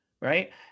right